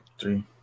Three